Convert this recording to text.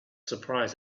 surprised